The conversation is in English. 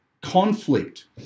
conflict